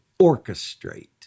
orchestrate